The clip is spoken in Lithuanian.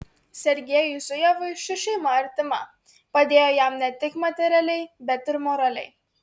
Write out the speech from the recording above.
sergiejui zujevui ši šeima artima padėjo jam ne tik materialiai bet ir moraliai